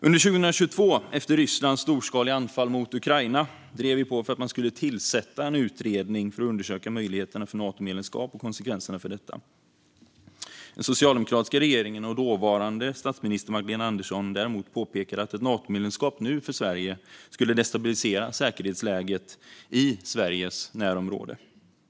Under 2022, efter Rysslands storskaliga anfall mot Ukraina, drev vi på för att man skulle tillsätta en utredning för att undersöka möjligheterna till Natomedlemskap och konsekvenserna av detta. Den socialdemokratiska regeringen och dåvarande statsminister Magdalena Andersson, däremot, påpekade att ett Natomedlemskap för Sverige nu skulle destabilisera säkerhetsläget i Sveriges närområde.